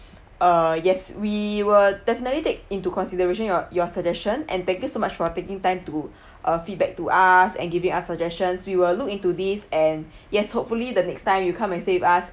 uh yes we will definitely take into consideration your your suggestion and thank you so much for taking time to uh feedback to us and giving us suggestions we will look into this and yes hopefully the next time you come and stay with us